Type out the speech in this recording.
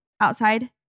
outside